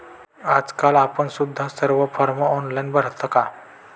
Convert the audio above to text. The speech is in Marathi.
आजकाल आपण सुद्धा सर्व फॉर्म ऑनलाइन भरता का?